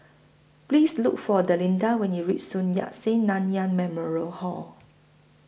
Please Look For Delinda when YOU REACH Sun Yat Sen Nanyang Memorial Hall